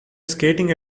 skating